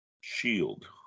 shield